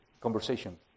conversation